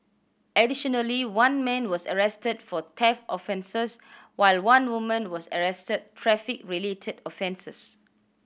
additionally one man was arrested for theft offences while one woman was arrested traffic related offences